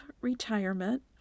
retirement